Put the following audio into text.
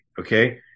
Okay